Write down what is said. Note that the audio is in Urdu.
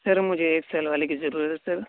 سر مجھے ایک سال والے کی ضرورت ہے